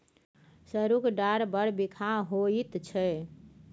सरुक डारि बड़ बिखाह होइत छै